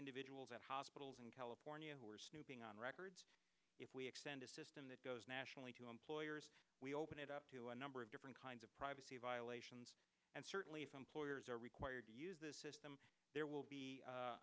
individuals at hospitals in california who are snooping on records if we extend a system that goes nationally to employers we open it up to a number of different kinds of privacy violations and certainly if employers are required to use this system there will be u